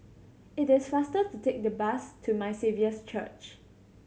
it is faster to take the bus to My Saviour's Church